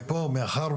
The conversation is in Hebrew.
שווקו שש עשרה מגרשים,